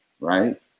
Right